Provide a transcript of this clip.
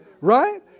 right